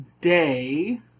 day